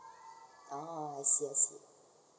ah I see I see